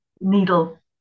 needle